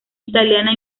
italiana